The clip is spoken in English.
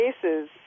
cases